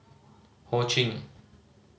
Ho Ching